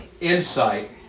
insight